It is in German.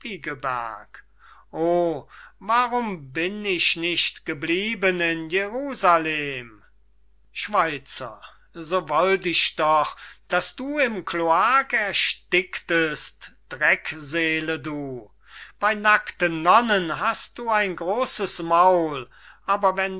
warum bin ich nicht geblieben in jerusalem schweizer so wollt ich doch daß du im kloak erstiktest drekseele du bey nakten nonnen hast du ein grosses maul aber wenn